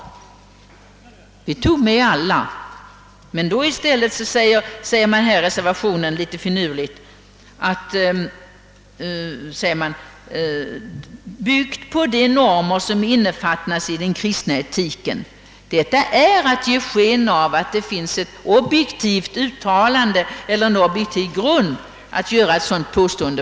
Vi tog alltså med alla former av livsåskådning. Medan reservanterna i stället litet finurligt begränsar sig till livsåskådning byggd »på de normer som innefattas i den kristna etiken». Detta är att ge sken av att det finns en objektiv grund, för ett sådant påstående.